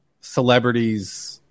celebrities